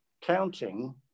counting